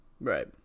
Right